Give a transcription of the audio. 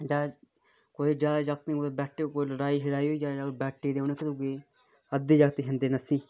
कुदै जैदा जागतें च लड़ाई शड़ाई होई जा कुदै बैटे दी देई ओड़न अध्दे जागत जंदे नस्सी